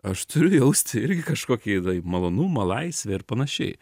aš turiu jausti irgi kažkokį tai malonumą laisvę ir panašiai